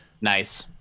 Nice